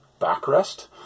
backrest